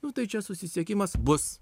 nu tai čia susisiekimas bus